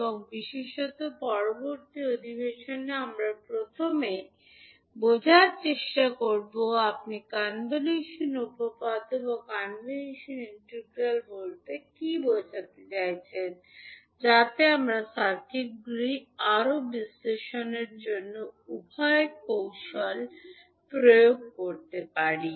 এবং বিশেষত পরবর্তী অধিবেশনে আমরা প্রথমে বোঝার চেষ্টা করব আপনি কনভলিউশন উপপাদ্য এবং কনভলিউশন ইন্টিগ্রাল বলতে কী বোঝাতে চাইছেন যাতে আমরা সার্কিটগুলি আরও বিশ্লেষণের জন্য উভয় কৌশল প্রয়োগ করতে পারি